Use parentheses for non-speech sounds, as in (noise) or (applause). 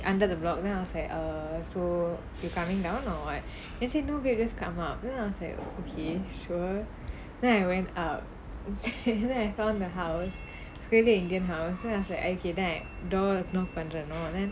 under the block then I was like err so you coming down or what then she say no wait let's come up then I was like okay sure then I went up then (laughs) I found the house fully indian house then I was like okay then I door knock on the door then